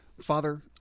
Father